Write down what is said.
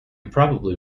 probably